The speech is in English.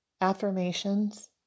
affirmations